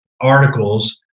articles